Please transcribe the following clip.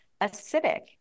acidic